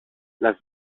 las